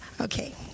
Okay